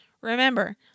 Remember